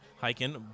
hiking